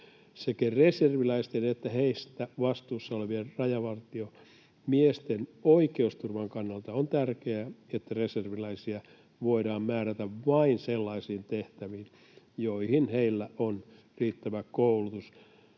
Sekä reserviläisten että heistä vastuussa olevien rajavartiomiesten oikeusturvan kannalta on tärkeää, että reserviläisiä voidaan määrätä vain sellaisiin tehtäviin, joihin heillä on riittävä koulutus,